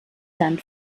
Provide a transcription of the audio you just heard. dann